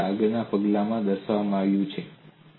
તે જ રીતે આગળના પગલામાં દર્શાવવામાં આવ્યું છે